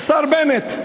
השר בנט.